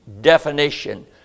definition